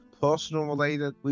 personal-related